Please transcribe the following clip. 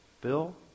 Bill